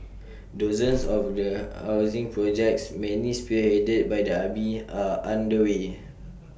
dozens of housing projects many spearheaded by the army are underway